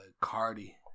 Cardi